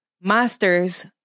masters